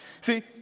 See